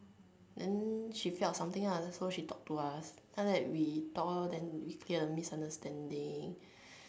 and she felt something lah so she talked to us then after that we talked lor so it's a misunderstanding